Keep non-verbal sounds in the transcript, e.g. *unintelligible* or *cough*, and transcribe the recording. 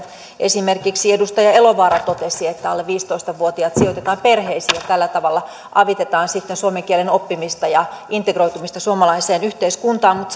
esimerkiksi se minkä edustaja elovaara totesi että alle viisitoista vuotiaat sijoitetaan perheisiin ja tällä tavalla avitetaan sitten suomen kielen oppimista ja integroitumista suomalaiseen yhteiskuntaan mutta *unintelligible*